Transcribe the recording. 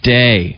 day